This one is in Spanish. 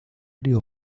río